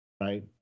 Right